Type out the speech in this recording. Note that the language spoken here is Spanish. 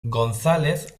gonzález